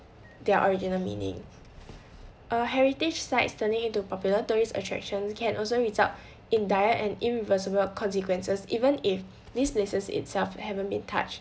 their original meaning a heritage sites turning into popular tourist attractions can also result in dire and irreversible consequences even if these places itself haven't been touched